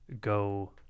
go